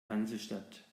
hansestadt